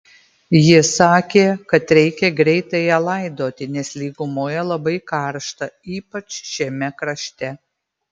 jis sakė kad reikia greitai ją laidoti nes lygumoje labai karšta ypač šiame krašte